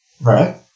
Right